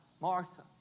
Martha